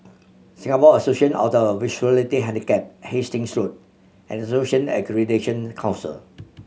Singapore Association of the Visually Handicapped Hastings Road and Accreditation Council